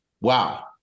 wow